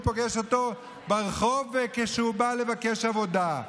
הוא פוגש אותו ברחוב וכשהוא בא לבקש עבודה,